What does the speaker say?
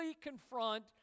confront